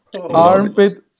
armpit